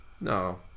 no